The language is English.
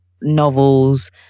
novels